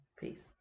peace